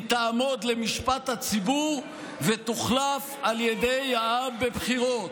היא תעמוד למשפט הציבור ותוחלף על ידי העם בבחירות.